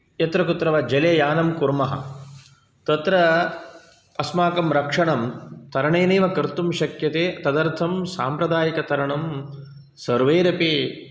यत्र कुत्र वा जले यानं कुर्मः तत्र अस्माकं रक्षणं तरणेनैव कर्तुं शक्यते तदर्थं साप्रदायिकतरणं सर्वैरपि